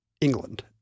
England